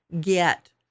get